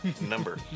number